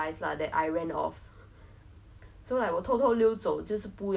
but it was like a worm and it didn't affect me but the fact that she vomited